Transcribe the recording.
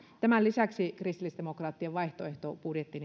tämän lisäksi kristillisdemokraattien vaihtoehtobudjetti